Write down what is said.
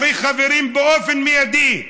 צריך, חברים, באופן מיידי,